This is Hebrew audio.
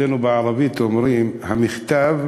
אצלנו בערבית אומרים: המכתב,